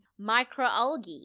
microalgae